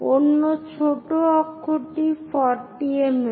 অন্য ছোট অক্ষ টি 40 mm